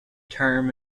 term